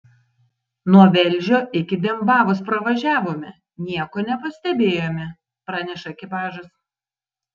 nuo velžio iki dembavos pravažiavome nieko nepastebėjome praneša ekipažas